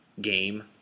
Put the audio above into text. game